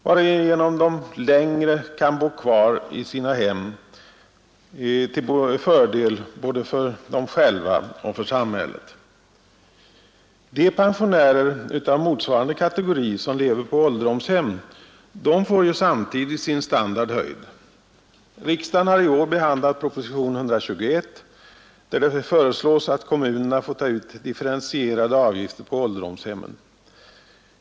Därigenom kan de längre tid bo kvar i sina hem till fördel för både dem själva och samhället. De pensionärer av motsvarande kategori som lever på ålderdomshem får samtidigt sin standard höjd. Riksdagen har i år behandlat propositionen 121, där det föreslås att kommunerna får ta ut differentierade avgifter på ålderdomshemmen.